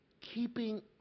keeping